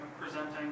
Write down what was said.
presenting